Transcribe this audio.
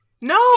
No